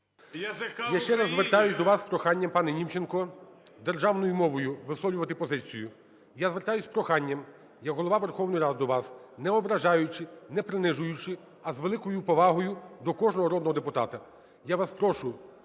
Я ще раз звертаюсь до вас з проханням, пане Німченко, державною мовою висловлювати позицію. Я звертаюсь з проханням як Голова Верховної Ради до вас, не ображаючи, не принижуючи, а з великою повагою до кожного народного депутата. Я вас прошу